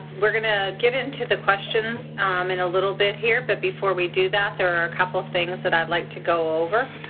we're going to get into the questions um in a little bit here, but before we do that there are a couple things that i'd like to go over.